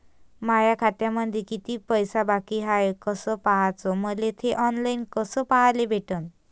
माया खात्यामंधी किती पैसा बाकी हाय कस पाह्याच, मले थे ऑनलाईन कस पाह्याले भेटन?